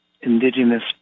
indigenous